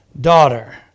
daughter